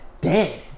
dead